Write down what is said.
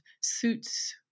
suits